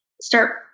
start